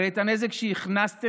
הרי את הנזק שהכנסתם,